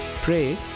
Pray